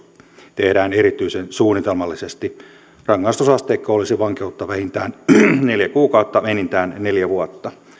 tehdään erityisen suunnitelmallisesti rangaistusasteikko olisi vankeutta vähintään neljä kuukautta enintään neljä vuotta